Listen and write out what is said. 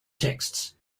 texts